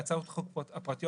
בהצעות החוק הפרטיות,